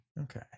okay